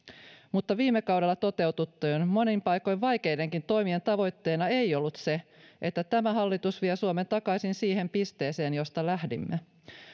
mutta viime kaudella toteutettujen monin paikoin vaikeidenkin toimien tavoitteena ei ollut se että tämä hallitus vie suomen takaisin siihen pisteeseen josta lähdimme